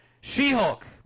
She-Hulk